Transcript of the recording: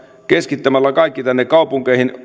keskittämällä kaikki tänne kaupunkeihin